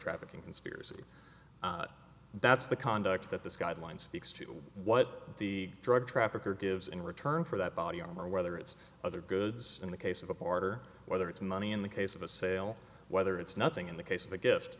trafficking conspiracy that's the conduct that this guidelines x to what the drug trafficker gives in return for that body armor whether it's other goods in the case of a barter whether it's money in the case of a sale whether it's nothing in the case of a gift